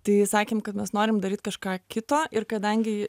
tai sakėm kad mes norim daryt kažką kito ir kadangi